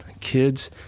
Kids –